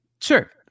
sure